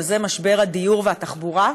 וזה משבר הדיור והתחבורה.